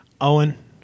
Owen